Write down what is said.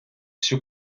всю